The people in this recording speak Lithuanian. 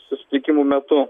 susitikimų metu